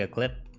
ah clip